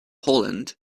poland